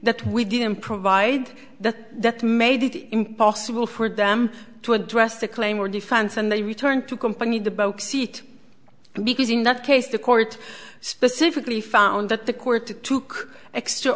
that we didn't provide that that made it impossible for them to address the claim or defense and they returned to company in the back seat because in that case the court specifically found that the court took extra